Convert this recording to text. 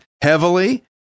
heavily